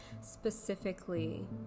specifically